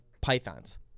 pythons